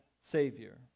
Savior